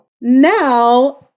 now